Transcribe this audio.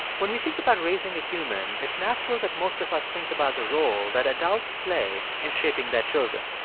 when we think about raising a human, it's natural that most of us think about the role that adults play in shaping their children.